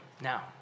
now